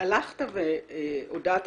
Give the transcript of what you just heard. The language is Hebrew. הלכת והודעת